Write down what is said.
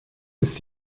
ist